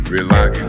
Relax